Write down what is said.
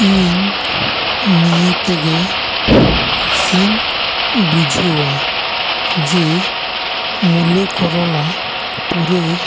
ᱤᱧ ᱱᱤᱭᱟᱹ ᱛᱮᱜᱮ ᱠᱩᱥᱤᱧ ᱵᱩᱡᱷᱟᱹᱣᱟ ᱡᱮ ᱢᱩᱞᱟᱹ ᱠᱚᱨᱟᱞᱟ ᱯᱩᱨᱟᱹᱭ